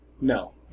No